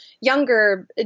younger